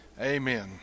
amen